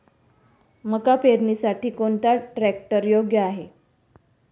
मका पेरणीसाठी कोणता ट्रॅक्टर योग्य आहे?